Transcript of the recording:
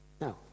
now